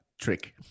trick